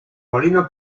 molino